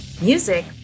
Music